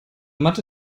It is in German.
mathe